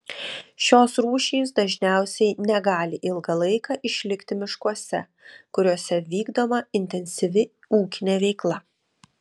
šios rūšys dažniausiai negali ilgą laiką išlikti miškuose kuriuose vykdoma intensyvi ūkinė veikla